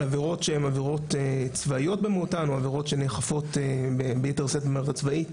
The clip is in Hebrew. על עבירות צבאיות במהותן או עבירות שנאכפות ביתר שאת במערכת הצבאית.